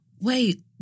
Wait